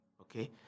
okay